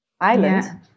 island